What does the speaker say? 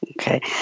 Okay